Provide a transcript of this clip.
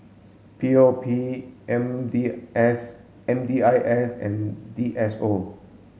P O P M D I S and D S O